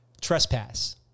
trespass